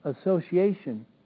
association